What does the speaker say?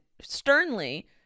sternly